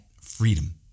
freedom